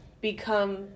become